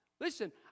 Listen